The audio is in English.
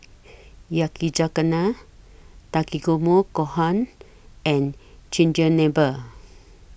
Yakizakana Takikomi Gohan and Chigenabe